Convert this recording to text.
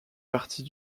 partie